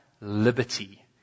liberty